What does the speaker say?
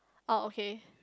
oh okay